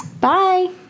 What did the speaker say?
Bye